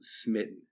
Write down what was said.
smitten